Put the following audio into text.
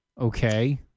Okay